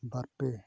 ᱵᱟᱨ ᱯᱮ